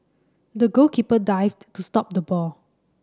the goalkeeper dived to stop the ball